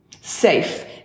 safe